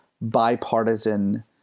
bipartisan